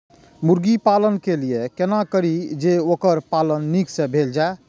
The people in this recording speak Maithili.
मुर्गी पालन के लिए केना करी जे वोकर पालन नीक से भेल जाय?